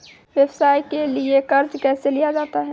व्यवसाय के लिए कर्जा कैसे लिया जाता हैं?